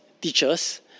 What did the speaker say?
teachers